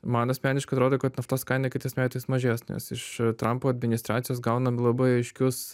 man asmeniškai atrodo kad naftos kaina kitais metais mažės nes iš trampo administracijos gaunam labai aiškius